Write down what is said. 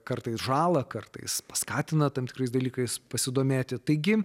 kartais žalą kartais paskatina tam tikrais dalykais pasidomėti taigi